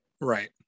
Right